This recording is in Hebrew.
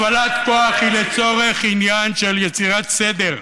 הפעלת כוח היא לצורך עניין של יצירת סדר,